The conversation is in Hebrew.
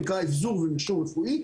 נקרא אבזור ומכשור רפואי,